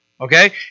Okay